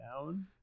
down